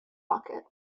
rocket